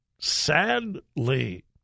sadly